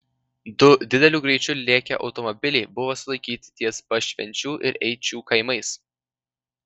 du dideliu greičiu lėkę automobiliai buvo sulaikyti ties pašvenčių ir eičių kaimais